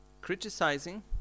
criticizing